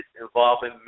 involving